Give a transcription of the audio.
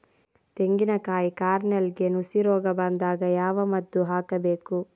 ತೆಂಗಿನ ಕಾಯಿ ಕಾರ್ನೆಲ್ಗೆ ನುಸಿ ರೋಗ ಬಂದಾಗ ಯಾವ ಮದ್ದು ಹಾಕಬೇಕು?